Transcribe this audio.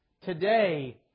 Today